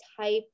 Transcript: type